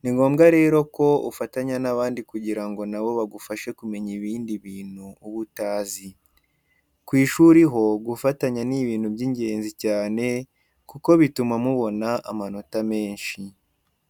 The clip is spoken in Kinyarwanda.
ni ngombwa rero ko ufatanya n'abandi kugira ngo na bo bagufashe kumenya ibindi bintu uba utazi. Ku ishuri ho gufatanya ni ibintu by'ingezi cyane kuko bituma muboana amanota menshi.